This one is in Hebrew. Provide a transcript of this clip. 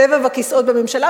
סבב הכיסאות בממשלה,